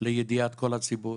לידיעת כל הציבור.